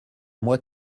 moi